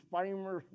famous